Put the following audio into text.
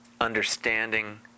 understanding